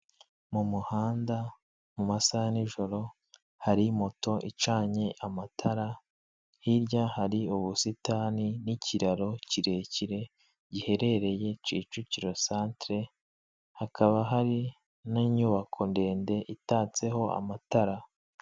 Mu muhanda mu masaha ya nijoro hari moto icanye amatara, hirya hari ubusitani n'ikiraro kirekire giherereye Kicukiro santire, hakaba hari n'inyubako ndende itatseho amatara.